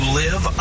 live